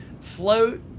float